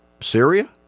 Syria